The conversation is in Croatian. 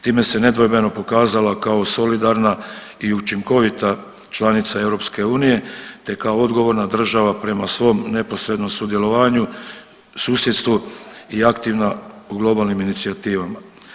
Time se nedvojbeno pokazala kao solidarna i učinkovita članica EU te kao odgovorna država prema svom neposrednom sudjelovanju u susjedstvu u aktivna u globalnim inicijativama.